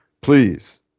please